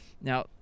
now